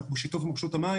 אנחנו בשיתוף עם רשות המים,